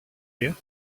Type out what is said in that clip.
you